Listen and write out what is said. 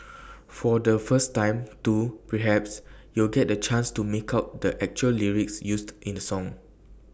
for the first time too perhaps you'll get the chance to make out the actual lyrics used in the song